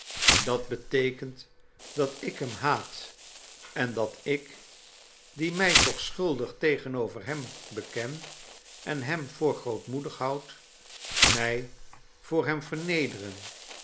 dat beteekent dat ik hem haat en dat ik die mij toch schuldig tegenover hem beken en hem voor grootmoedig houd mij voor hem vernederen